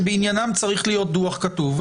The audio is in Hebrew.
שבעניינם צריך להיות דוח כתוב,